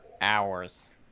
hours